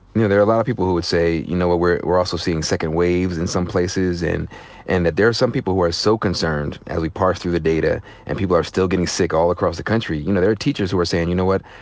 you know, there a lot of people who would say, you know, we're we're also seeing second waves in some places, and and that there are some people who are so concerned as we parse through the data and people are still getting sick all across the country, you know, there are teachers who are saying, you know what?